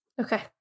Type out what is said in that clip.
Okay